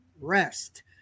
rest